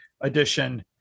edition